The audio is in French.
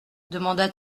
demanda